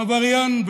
עבריין,